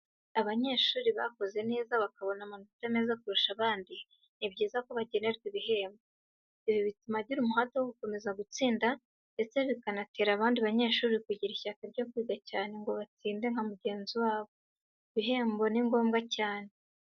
Abanyeshuri bakoze neza bakabona amanota meza kurusha abandi, ni byiza ko bagenerwa ibihembo. Ibi bituma agira umuhate wo gukomeza gutsinda ndetse bikanatera abandi banyeshuri kugira ishyaka ryo kwiga cyane ngo batsinde nka mugenzi wabo. Ibihembo ni ngombwa cyane.